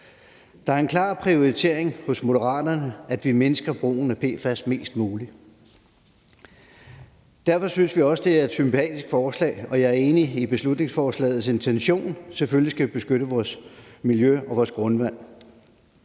Det er en klar prioritering hos Moderaterne, at vi mindsker brugen af PFAS mest muligt. Derfor synes vi også, det er et sympatisk forslag, og jeg er enig i beslutningsforslagets intention; selvfølgelig skal vi beskytte vores miljø og vores grundvand.